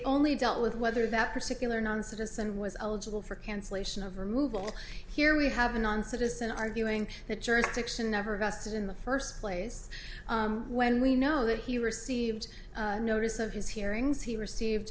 only dealt with whether that particular non citizen was eligible for cancellation of removal here we have a non citizen arguing that jurisdiction never vested in the first place when we know that he received notice of his hearings he received